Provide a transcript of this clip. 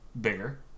bigger